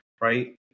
right